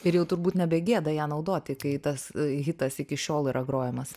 ir jau turbūt nebe gėda ją naudoti kai tas hitas iki šiol yra grojamas